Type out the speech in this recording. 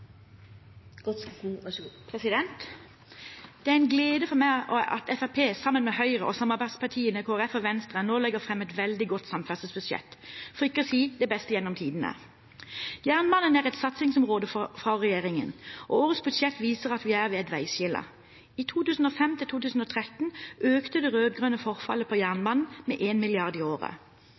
en glede for meg at Fremskrittspartiet sammen med Høyre og samarbeidspartiene Kristelig Folkeparti og Venstre nå legger fram et veldig godt samferdselsbudsjett, for ikke å si det beste gjennom tidene. Jernbanen er et satsingsområde for regjeringen. Årets budsjett viser at vi er ved et veiskille. Fra 2005 til 2013 økte det rød-grønne forfallet på jernbanen med 1 mrd. kr i året.